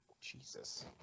Jesus